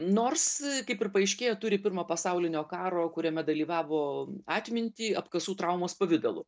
nors kaip ir paaiškėjo turi pirmo pasaulinio karo kuriame dalyvavo atmintį apkasų traumos pavidalu